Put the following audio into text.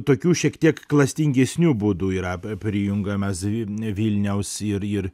tokiu šiek tiek klastingesniu būdu yra p e prijungiamas vilnius ir ir